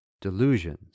delusions